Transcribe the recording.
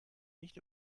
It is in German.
nicht